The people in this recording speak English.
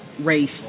race